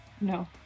No